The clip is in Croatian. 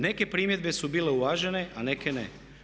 Neke primjedbe su bile uvažene, a neke ne.